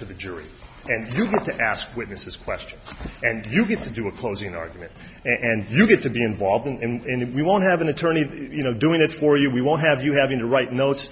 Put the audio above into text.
to the jury and to ask witnesses questions and you get to do a closing argument and you get to be involved and if we want to have an attorney you know doing it for you we will have you having to write notes